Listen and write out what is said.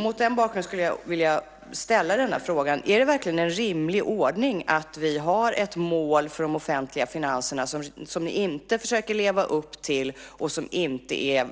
Mot den bakgrunden vill jag ställa frågan: Är det verkligen en rimlig ordning att vi har ett mål för de offentliga finanserna som ni inte försöker att leva upp till och som inte är